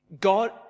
God